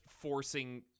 forcing